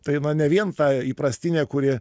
tai na ne vien tą įprastinė kuri